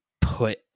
put